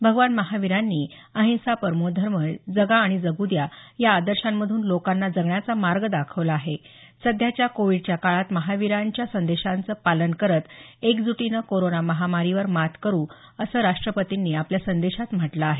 भगवान महावीरांनी अहिंसा परमो धर्म जगा आणि जगू द्या या आदर्शांमधून लोकांना जगण्याचा मार्ग दाखवला आहे सध्याच्या कोविडच्या काळात महावीरांच्या संदेशांच पालन करत एकजुटीनं कोरोना महामारीवर मात करु या असं राष्ट्रपतींनी आपल्या संदेशात म्हटलं आहे